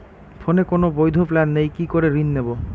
ফোনে কোন বৈধ প্ল্যান নেই কি করে ঋণ নেব?